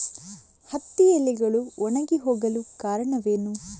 ಹತ್ತಿ ಎಲೆಗಳು ಒಣಗಿ ಹೋಗಲು ಕಾರಣವೇನು?